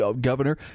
Governor